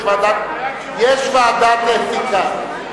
יש ועדת אתיקה.